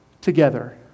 together